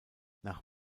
nach